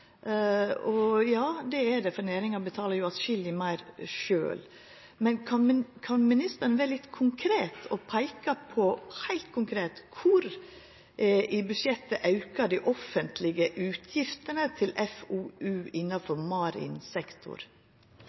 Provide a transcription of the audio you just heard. Og ja, det er ho, for næringa betaler jo atskillig meir sjølv. Kan ministeren vera litt meir konkret og peika heilt konkret på kvar i budsjettet dei aukar dei offentlege utgiftene til FoU innanfor